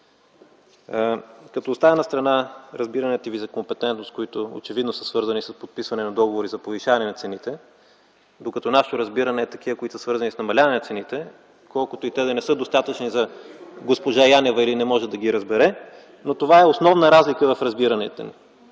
Оставям настрана разбиранията ви за компетентност, които очевидно са свързани с подписване на договори за повишаване на цените, докато нашите са такива, които са свързани с намаляването на цените, колкото и те да не са достатъчни за госпожа Янева или не може да ги разбере, но това е основна разлика в разбиранията ни.